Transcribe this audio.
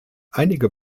einige